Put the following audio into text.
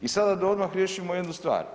I sada da odmah riješimo jednu stvar.